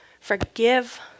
forgive